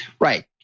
Right